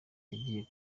yagiye